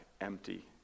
empty